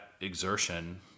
exertion